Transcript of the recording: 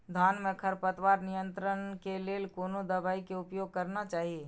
धान में खरपतवार नियंत्रण के लेल कोनो दवाई के उपयोग करना चाही?